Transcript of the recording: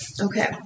Okay